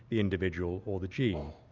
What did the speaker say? the individual, or the gene?